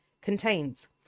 contains